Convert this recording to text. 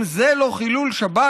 אם זה לא חילול שבת,